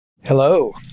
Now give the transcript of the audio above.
Hello